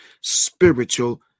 spiritual